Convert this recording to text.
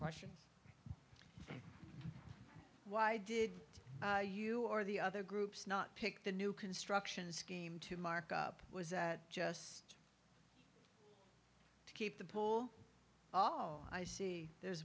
question why did you or the other groups not pick the new construction scheme to mark up was just to keep the pool hall i see there's